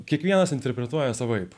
kiekvienas interpretuoja savaip